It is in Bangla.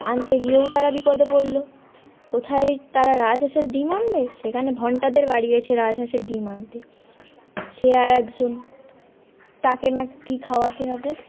আনতে গিয়েও তারা বিপদে পড়ল কোথায় তারা রাজহাঁসের ডিম আনবে সেখানে ভন্টাদের বাড়ি গিয়েছে রাজহাঁসের ডিম আনতে সে আরেকজন তাকে নাকি খাওয়াতে হবে